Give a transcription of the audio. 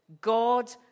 God